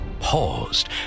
paused